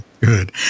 good